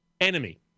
enemy